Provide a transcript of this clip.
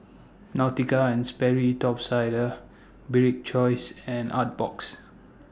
Nautica and Sperry Top Sider Bibik's Choice and Artbox